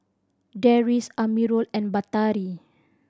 Deris Amirul and Batari